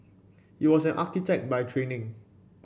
he was an architect by training